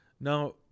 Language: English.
Now